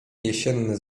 jesienny